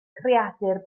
creadur